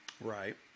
Right